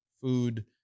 food